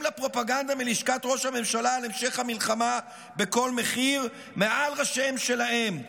לפרופגנדה מלשכת ראש הממשלה על המשך המלחמה בכל מחיר מעל ראשיהם שלהם.